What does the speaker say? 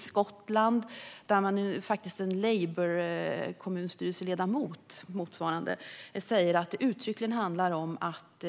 I Skottland säger en kommunstyrelseledamot för Labour att det uttryckligen handlar om att